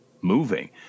moving